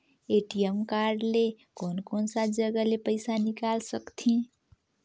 ATM card ले कोन कोन सा जगह ले पइसा निकाल सकथे?